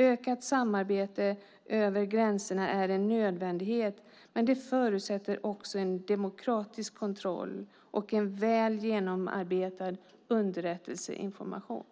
Ökat samarbete över gränserna är en nödvändighet, men det förutsätter också en demokratisk kontroll och en väl genomarbetad underrättelseinformation.